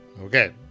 Okay